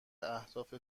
اهداف